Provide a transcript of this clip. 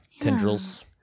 tendrils